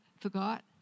forgot